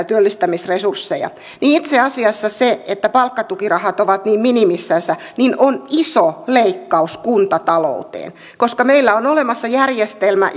työllistämisresursseja niin itse asiassa se että palkkatukirahat ovat niin minimissänsä on iso leikkaus kuntatalouteen koska meillä on olemassa järjestelmä